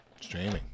Streaming